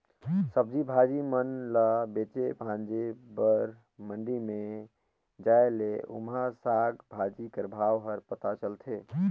सब्जी भाजी मन ल बेचे भांजे बर मंडी में जाए ले उहां साग भाजी कर भाव हर पता चलथे